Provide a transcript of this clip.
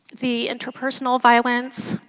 the interpersonal violence,